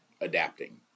adapting